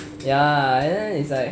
ya then it's like